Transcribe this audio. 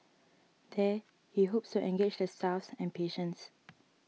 there he hopes to engage the staffs and patients